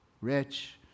Rich